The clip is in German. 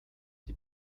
die